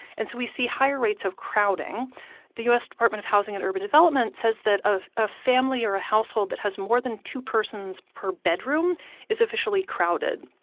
and so we see higher rates of crowding the u s. department of housing and urban development says that a family or a household that has more than two persons per bedroom is officially crowded.